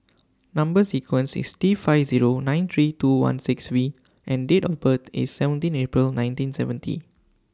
Number sequence IS T five Zero nine three two one six V and Date of birth IS seventeen April nineteen seventy